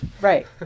Right